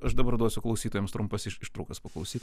aš dabar duosiu klausytojams trumpas ištraukas paklausyt